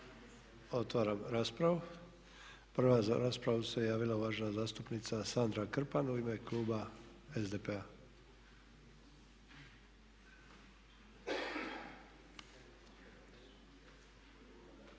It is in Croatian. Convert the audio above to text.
Otvaram raspravu. Prva za raspravu se javila uvažena zastupnica Sandra Krpan u ime kluba SDP-a.